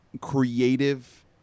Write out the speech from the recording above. creative